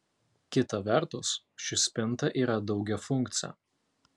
kita vertus ši spinta yra daugiafunkcė